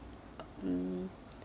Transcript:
mm